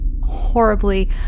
horribly